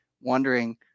wondering